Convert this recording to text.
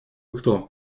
кто